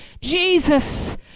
Jesus